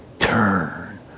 turn